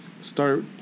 start